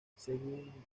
según